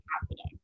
happening